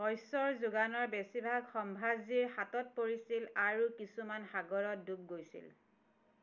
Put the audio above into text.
শস্যৰ যোগানৰ বেছিভাগ সম্ভাজীৰ হাতত পৰিছিল আৰু কিছুমান সাগৰত ডুব গৈছিল